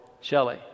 Shelly